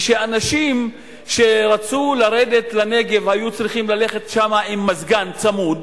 כשאנשים שרצו לרדת לנגב היו צריכים ללכת לשם עם מזגן צמוד,